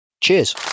Cheers